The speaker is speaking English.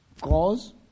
Cause